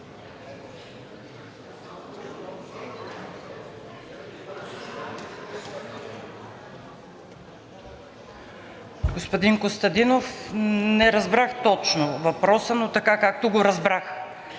Господин Костадинов, не разбрах точно въпроса, но така както го разбрах.